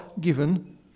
given